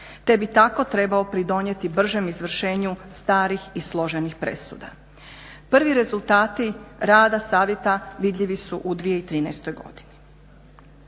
te bi tako trebao pridonijeti bržem izvršenju starih i složenih presuda. Prvi rezultati rada Savjeta vidljivi su u 2013. godini.